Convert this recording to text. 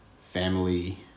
family